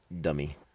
dummy